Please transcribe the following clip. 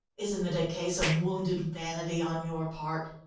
isn't it a case of wounded vanity on your part?